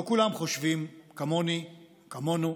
לא כולם חושבים כמוני וכמונו,